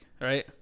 right